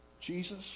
Jesus